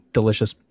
delicious